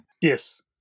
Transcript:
Yes